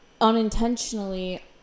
unintentionally